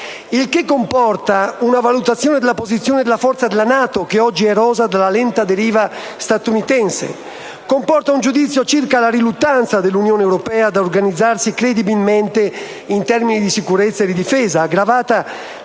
Ciò comporta una valutazione della posizione e della forza della NATO, che oggi è erosa dalla lenta deriva statunitense. Comporta un giudizio circa la riluttanza dell'Unione europea ad organizzarsi credibilmente in termini di sicurezza e di difesa, aggravata